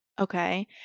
okay